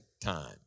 time